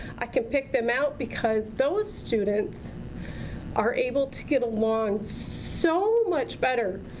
i can pick them out, because those students are able to get along so much better